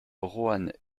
roanne